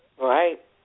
Right